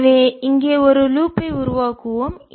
எனவே இங்கே ஒரு லூப் ஐ வளையத்தை உருவாக்குவோம்